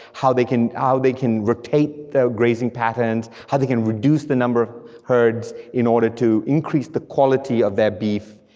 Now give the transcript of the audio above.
how they can ah they can rotate their grazing patterns, how they can reduce the number of herds, in order to increase the quality of their beef.